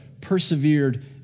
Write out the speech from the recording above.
persevered